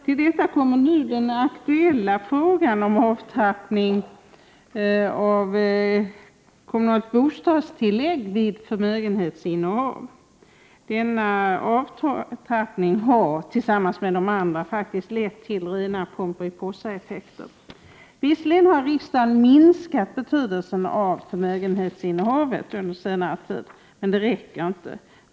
Till detta kommer nu den aktuella frågan om avtrappning av kommunalt bostadstillägg vid förmögenhetsinnehav. Denna avtrappning har tillsammans med andra effekter faktiskt lett till rena Pomperipossaeffekter. Visserligen har riksdagen minskat betydelsen av förmögenhetsinnehavet under senare tid, men detta räcker inte.